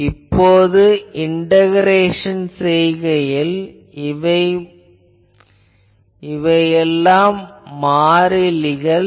இப்போது இன்டகரெட் செய்கையில் இவையெல்லாம் மாறிலிகள்